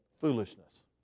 Foolishness